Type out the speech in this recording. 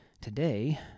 Today